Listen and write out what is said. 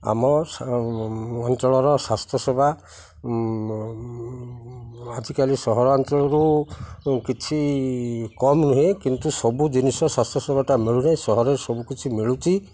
ଆମ ଅଞ୍ଚଳର ସ୍ୱାସ୍ଥ୍ୟସେବା ଆଜିକାଲି ସହରାଞ୍ଚଳରୁ କିଛି କମ୍ ନୁହେଁ କିନ୍ତୁ ସବୁ ଜିନିଷ ସ୍ୱାସ୍ଥ୍ୟସେବାଟା ମିଳୁନି ସହରରେ ସବୁକିଛି ମିଳୁଛି